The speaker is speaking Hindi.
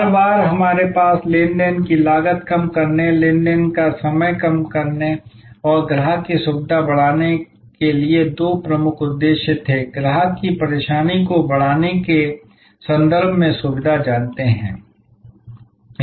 हर बार हमारे पास लेन देन की लागत कम करने लेन देन का समय कम करने और ग्राहक की सुविधा बढ़ाने के लिए दो प्रमुख उद्देश्य थे ग्राहक की परेशानी को बढ़ाने के संदर्भ में सुविधा जानते हैं